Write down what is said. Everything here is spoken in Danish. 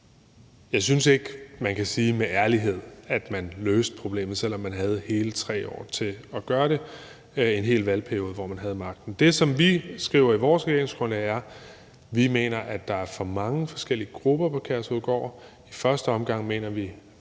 jeg synes ikke, at man kan sige med ærlighed, at man løste problemet, selv om man havde hele 3 år til at gøre det. Det var en hel valgperiode, hvor man havde magten. Det, som vi skriver i vores regeringsgrundlag, er, at vi mener, at der er for mange forskellige grupper på Kærshovedgård. I første omgang mener vi – og det er noget